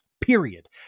period